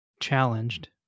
challenged